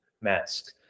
mask